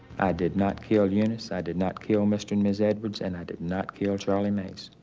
i did not kill eunice, i did not kill mr. and mrs. edwards, and i did not kill charlie mays.